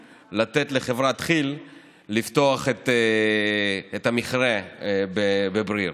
לתת לחברת כיל לפתוח את המכרה בשדה בריר.